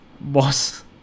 boss